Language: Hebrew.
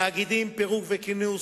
תאגידים, פירוק וכינוס,